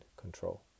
control